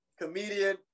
comedian